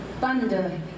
thunder